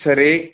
சரி